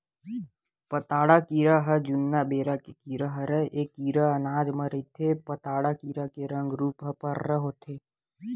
पताड़ा कीरा ह जुन्ना बेरा के कीरा हरय ऐ कीरा अनाज म रहिथे पताड़ा कीरा के रंग रूप ह पंडरा होथे